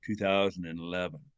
2011